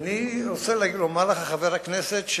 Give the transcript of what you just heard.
אני רוצה לומר לך, חבר הכנסת,